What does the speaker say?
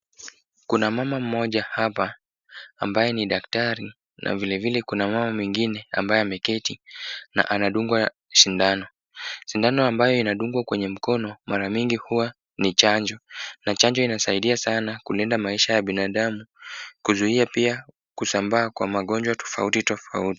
Kuna mama mmoja hapa, ambaye ni daktari na vilevile kuna mama mwingine ambaye ameketi na anadungwa sindano. Sindano ambayo inadungwa kwenye mkono mara mingi huwa ni chanjo na chanjo inasaidia sana kulinda maisha ya binadamu, kuzuia pia kusambaa kwa magonjwa tofauti tofauti.